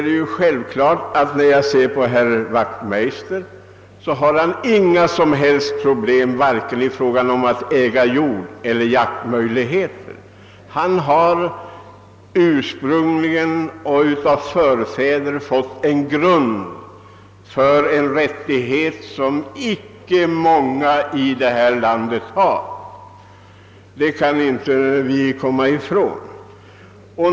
Det är självklart att han inte har några problem vare sig i fråga om att äga jord eller att ha jaktmöjligheter. Han har ursprungligen och av förfäder fått en grund för en rättighet som inte många i Sverige har. Detta kan vi inte komma ifrån.